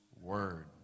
word